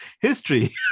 history